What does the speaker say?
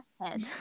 head